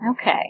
okay